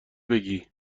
بگی